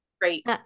great